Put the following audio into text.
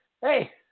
hey